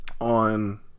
on